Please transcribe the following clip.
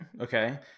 okay